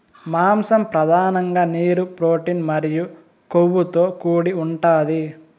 మాంసం పధానంగా నీరు, ప్రోటీన్ మరియు కొవ్వుతో కూడి ఉంటాది